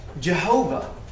Jehovah